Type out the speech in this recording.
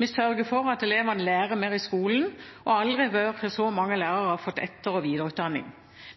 Vi sørger for at elevene lærer mer i skolen, og aldri før har så mange lærere fått etter- og videreutdanning.